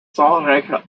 zahlreiche